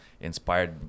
inspired